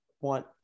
want